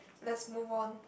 let's move on